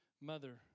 mother